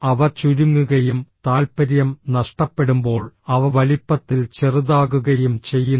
അവ ചുരുങ്ങുകയും താൽപര്യം നഷ്ടപ്പെടുമ്പോൾ അവ വലിപ്പത്തിൽ ചെറുതാകുകയും ചെയ്യുന്നു